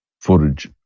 footage